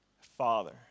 Father